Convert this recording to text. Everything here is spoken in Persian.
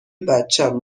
بچم